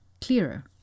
clearer